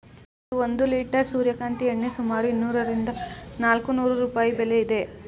ಇಂದು ಒಂದು ಲಿಟರ್ ಸೂರ್ಯಕಾಂತಿ ಎಣ್ಣೆ ಸುಮಾರು ಇನ್ನೂರರಿಂದ ನಾಲ್ಕುನೂರು ರೂಪಾಯಿ ಬೆಲೆ ಇದೆ